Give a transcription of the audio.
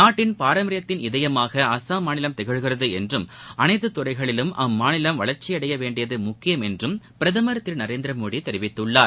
நாட்டின் பராம்பரியத்தின் இதயமாக அஸ்ஸாம் மாநிலம் திகழ்கிறது என்றும் அனைத்தத் துறைகளிலும் அம்மாநிலம் வளர்ச்சியடைய வேண்டியது முக்கியம் என்றும் பிரதமர் திரு நரேந்திர மோடி தெரிவித்துள்ளார்